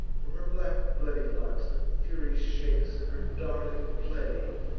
from her black bloody locks the fury shakes her darling plague,